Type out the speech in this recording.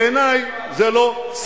או ב אדוני ראש הממשלה.